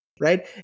right